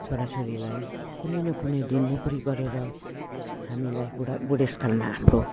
छोराछोरीलाई कुनै न कुनै दिन नोकरी गरेर हामीलाई बुढा बुढेसकालमा हाम्रो